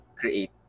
create